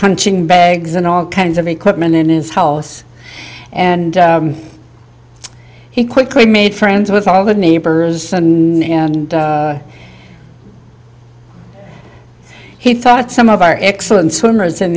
punching bags and all kinds of equipment in his house and he quickly made friends with all the neighbors he thought some of our excellent swimmers in